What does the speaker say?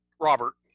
Robert